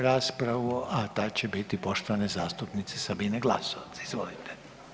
raspravu, a ta će biti poštovane zastupnice Sabine Glasovac, izvolite.